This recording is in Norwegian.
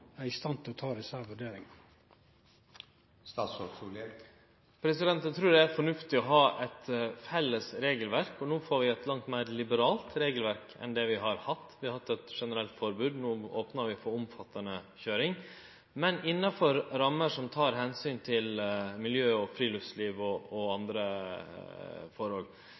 Eg trur det er fornuftig å ha eit felles regelverk. No får vi eit langt meir liberalt regelverk enn det vi har hatt. Vi har hatt eit generelt forbod, no opnar vi for omfattande køyring, men innanfor rammer som tek omsyn til miljø, friluftsliv og andre